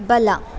ಬಲ